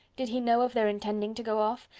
did he know of their intending to go off?